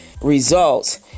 results